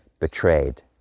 betrayed